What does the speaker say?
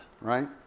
right